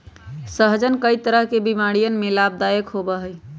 सहजन कई तरह के बीमारियन में लाभदायक होबा हई